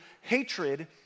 hatred